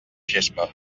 gespa